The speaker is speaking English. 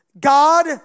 God